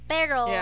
Pero